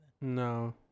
No